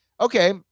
okay